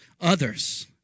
others